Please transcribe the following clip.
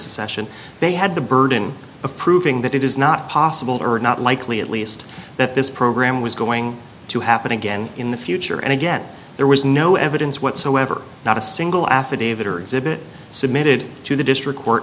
secession they had the burden of proving that it is not possible or not likely at least that this program was going to happen again in the future and again there was no evidence whatsoever not a single affidavit or exhibit submitted to the district court